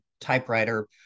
typewriter